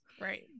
Right